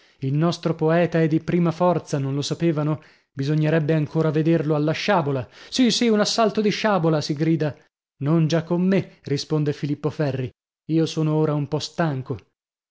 il nostro poeta è di prima forza non lo sapevano bisognerebbe ancora vederlo alla sciabola sì sì un assalto di sciabola si grida non già con me risponde filippo ferri io sono ora un po stanco